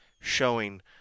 showing